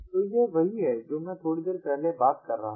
तो यह वही है जो मैं थोड़ी देर पहले बात कर रहा था